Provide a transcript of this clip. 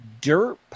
dirt